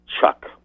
Chuck